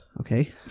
Okay